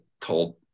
told